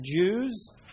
Jews